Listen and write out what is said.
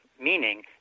meaning